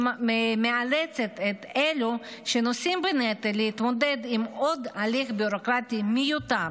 שמאלצת את אלה שנושאים בנטל להתמודד עם עוד הליך ביורוקרטי מיותר.